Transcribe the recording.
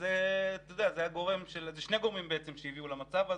בעצם, אלה שני גורמים שהביאו למצב הזה: